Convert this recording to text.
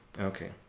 Okay